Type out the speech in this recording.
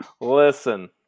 Listen